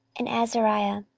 and azariah,